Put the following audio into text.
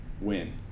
win